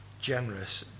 generous